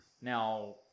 now